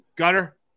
Gunner